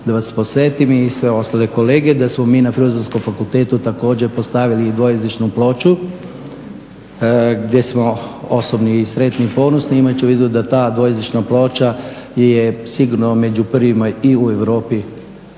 da vas podsjetim i sve ostale kolege da smo mi na Filozofskom fakultetu također postavili i dvojezičnu ploču gdje smo osobno sretni i ponosni imajući u vidu da ta dvojezična ploča je sigurno među prvima i u Europi